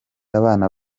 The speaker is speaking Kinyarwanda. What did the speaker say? abana